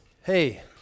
hey